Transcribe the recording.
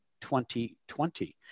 2020